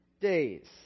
days